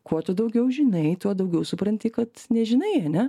kuo tu daugiau žinai tuo daugiau supranti kad nežinai ar ne